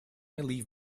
leave